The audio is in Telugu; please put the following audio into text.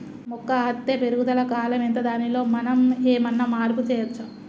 మొక్క అత్తే పెరుగుదల కాలం ఎంత దానిలో మనం ఏమన్నా మార్పు చేయచ్చా?